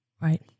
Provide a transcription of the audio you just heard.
right